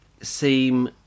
seem